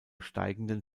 steigenden